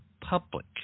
public